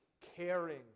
Caring